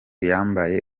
yambaye